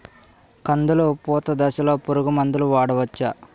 కందులు పూత దశలో పురుగు మందులు వాడవచ్చా?